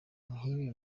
nk’ibi